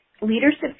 leadership